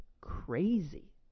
crazy